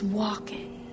walking